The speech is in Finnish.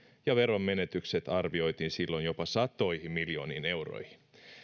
veronmenetykset arvioitiin silloin jopa satoihin miljooniin euroihin